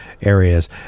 areas